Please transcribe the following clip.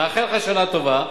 מאחל שנה טובה,